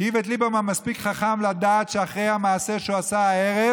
כי איווט ליברמן מספיק חכם לדעת שאחרי המעשה שהוא עשה הערב